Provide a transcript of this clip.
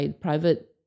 private